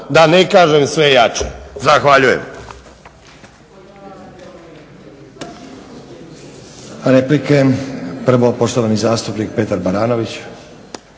da ne kažem sve jače. Zahvaljujem.